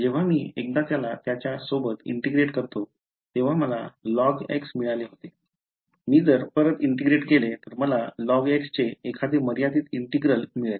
जेव्हा मी एकदा त्याला याच्या सोबत इंटीग्रेटे करतो तेव्हा मला log मिळाले होते मी जर परत इंटीग्रेटे केले तर मला log चे एखादे मर्यादित इंटिग्रल मिळेल